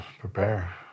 Prepare